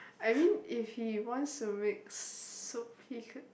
I mean if he wants to make soup he could